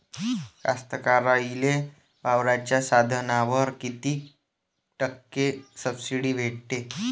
कास्तकाराइले वावराच्या साधनावर कीती टक्के सब्सिडी भेटते?